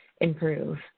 improve